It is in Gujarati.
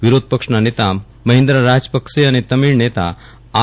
વિરોધપક્ષના નેતા મહિંદા રાજપક્ષે અને તમિલ નેતા આર